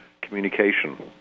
communication